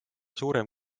suurem